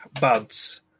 buds